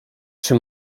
czy